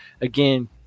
again